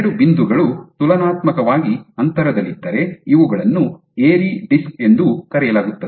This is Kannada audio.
ಎರಡು ಬಿಂದುಗಳು ತುಲನಾತ್ಮಕವಾಗಿ ಅಂತರದಲ್ಲಿದ್ದರೆ ಇವುಗಳನ್ನು ಏರಿ ಡಿಸ್ಕ್ ಎಂದೂ ಕರೆಯಲಾಗುತ್ತದೆ